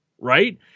right